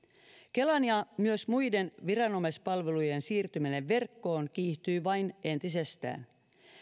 kelan ja myös muiden viranomaispalvelujen siirtyminen verkkoon kiihtyy vain entisestään